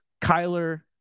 Kyler